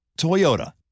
Toyota